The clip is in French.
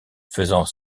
faisant